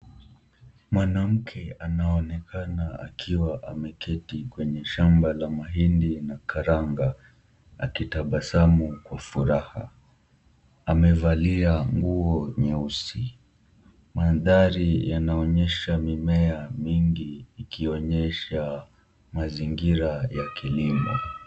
Mwanamke anaonekana akiwa ameketi kwenye shamba la mahindi na karanga, akitabasamu kwa furaha, amevalia nguo nyeusi, mandhari yanaonyesha mimea mingi ikionyesha mazingira ya kilimo.